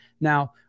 Now